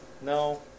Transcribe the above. No